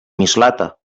mislata